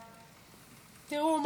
תראו,